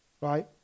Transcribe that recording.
right